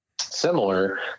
similar